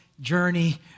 journey